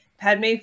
Padme